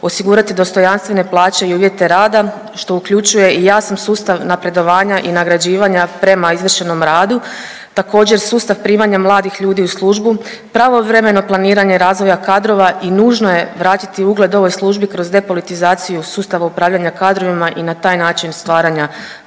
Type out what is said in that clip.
osigurati dostojanstvene plaće i uvjete rada što uključuje i jasan sustav napredovanja i nagrađivanja prema izvršenom radu, također sustav primanja mladih ljudi u službu, pravovremeno planiranje razvoja kadrova i nužno je vratiti ugled ovoj službi kroz depolitizaciju sustava upravljanja kadrovima i na taj način stvaranja kvalitetnog